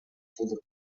кылдык